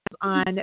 on